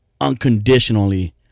unconditionally